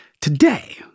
today